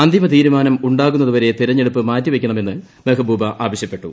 അന്തിമ തീരുമാനം ഉണ്ടാകുന്നതുവരെ തെരഞ്ഞെടുപ്പ് മാറ്റിവെയ്ക്കണമെന്ന് മെഹ്ബൂബ ആവശ്യപ്പെട്ടു